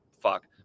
fuck